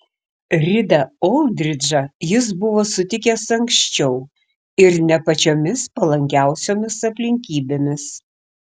ridą oldridžą jis buvo sutikęs anksčiau ir ne pačiomis palankiausiomis aplinkybėmis